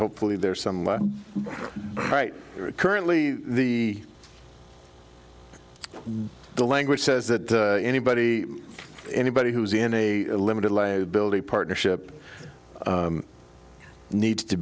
hopefully there's some right currently the the language says that anybody anybody who's in a limited liability partnership needs to